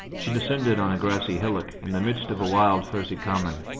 she descended on a grassy hillock, in the midst of a wild furzy common.